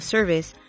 Service